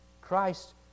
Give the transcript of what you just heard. Christ